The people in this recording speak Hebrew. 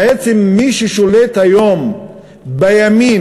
בעצם, מי ששולט היום בימין,